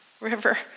river